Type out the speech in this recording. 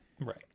right